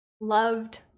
loved